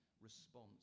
response